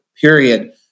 period